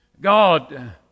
God